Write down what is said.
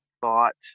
thought